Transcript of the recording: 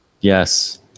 Yes